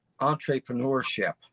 entrepreneurship